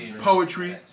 poetry